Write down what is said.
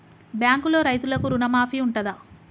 బ్యాంకులో రైతులకు రుణమాఫీ ఉంటదా?